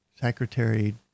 Secretary